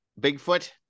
bigfoot